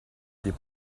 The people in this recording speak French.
des